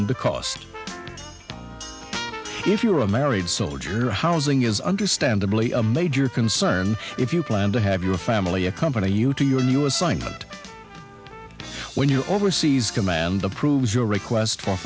cost if you're a married soldier housing is understandably a major concern if you plan to have your family accompany you to your new assignment when you're overseas demand approves your request for